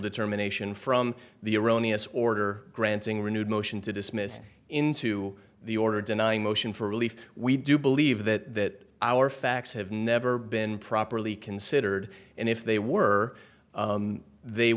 determination from the erroneous order granting renewed motion to dismiss into the order denying motion for relief we do believe that our facts have never been properly considered and if they were they